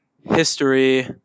history